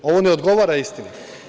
Ovo ne odgovara istini.